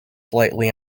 slightly